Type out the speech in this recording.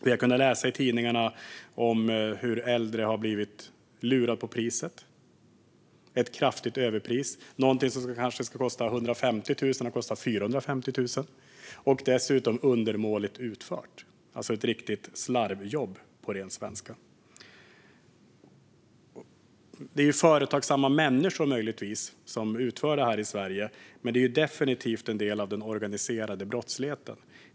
Vi har kunnat läsa i tidningarna om hur äldre har blivit lurade på priset och drabbats av ett kraftigt överpris. Något som skulle kosta 150 000 har kostat 450 000. Dessutom har arbetet blivit undermåligt utfört. På ren svenska har man gjort ett riktigt slarvjobb. Det handlar möjligtvis om företagsamma människor som utför detta i Sverige, men det är definitivt en del av den organiserade brottsligheten.